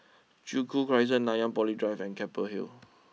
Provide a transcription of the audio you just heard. Joo Koon Crescent Nanyang Poly Drive and Keppel Hill